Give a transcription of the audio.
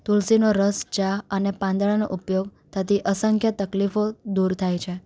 તુલસીનો રસ ચા અને પાંદડાનો ઉપયોગ થતી અસંખ્ય તકલીફો દૂર થાય છે